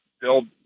build